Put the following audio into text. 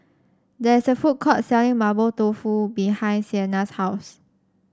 there is a food court selling Mapo Tofu behind Siena's house